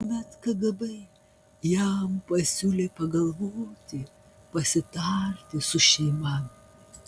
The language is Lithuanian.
tuomet kgb jam pasiūlė pagalvoti pasitarti su šeima